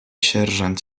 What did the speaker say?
sierżant